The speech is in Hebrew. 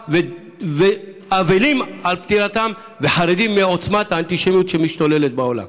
שבעה ואבלים על פטירתם וחרדים מעוצמת האנטישמיות שמשתוללת בעולם.